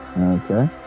Okay